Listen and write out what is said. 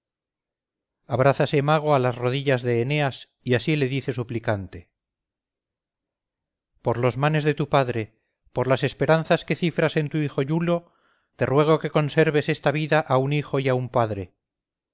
cabeza abrázase mago a las rodillas de eneas y así le dice suplicante por los manes de tu padre por las esperanzas que cifras en tu hijo iulo te ruego que conserves esta vida a un hijo y a un padre